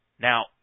Now